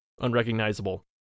unrecognizable